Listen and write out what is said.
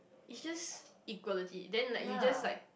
it's just equality then like you just like